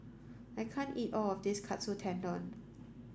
I can't eat all of this Katsu Tendon